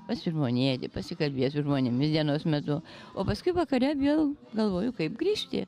pasižmonėti pasikalbėt su žmonėmis dienos metu o paskui vakare vėl galvoju kaip grįžti